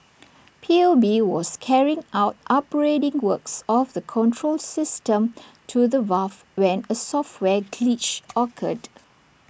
P U B was carrying out upgrading works of the control system to the valve when A software glitch occurred